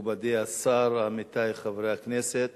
מכובדי השר, עמיתי חברי הכנסת,